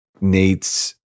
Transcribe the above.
Nate's